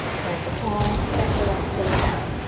plant the palms, step the left toes back.